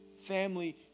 family